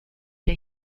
der